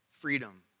Freedom